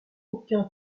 aucun